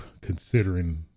considering